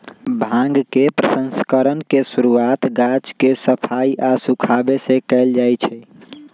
भांग के प्रसंस्करण के शुरुआत गाछ के सफाई आऽ सुखाबे से कयल जाइ छइ